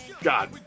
God